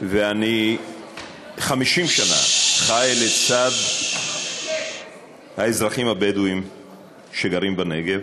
ואני 50 שנה חי לצד האזרחים הבדואים שגרים בנגב.